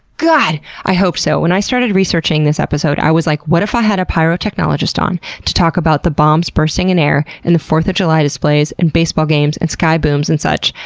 god i hoped so! when i started researching this episode i was like, what if i had a pyrotechnologist on to talk about the bombs bursting in air, and fourth of july displays and baseball games and skybooms and such?